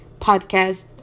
podcast